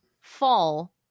fall